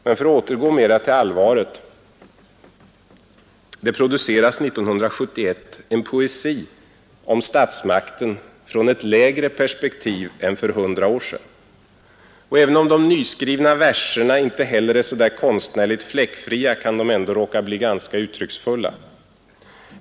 Men — för att återgå mera till allvaret — det produceras 1971 en poesi om statsmakten från ett lägre perspektiv än för 100 år sen. Även om de nyskrivna verserna inte heller är så där konstnärligt fläckfria kan de råka bli ganska uttrycksfulla.